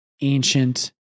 ancient